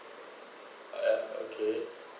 ya okay